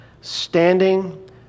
standing